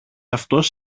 αυτός